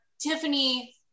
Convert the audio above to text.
tiffany